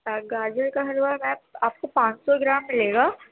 اور گاجر کا حلوہ میم آپ کو پانچ سو گرام ملے گا